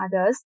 others